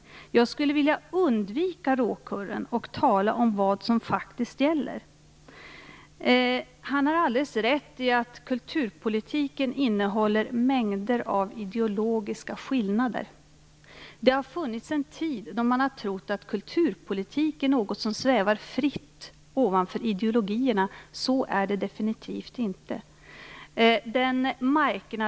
Jag skulle vilja undvika råkurren och tala om vad som faktiskt gäller. Han har alldeles rätt i att kulturpolitiken innehåller mängder av ideologiska skillnader. Det har funnits en tid där man har trott att kulturpolitik är något som svävar fritt ovanför ideologierna. Så är det definitivt inte.